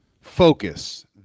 focus